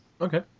Okay